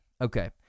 Okay